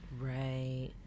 Right